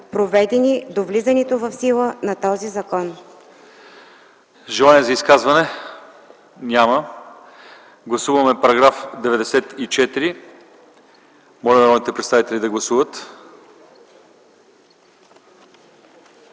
проведени до влизането в сила на този закон.”